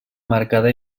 marcada